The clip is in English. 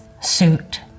suit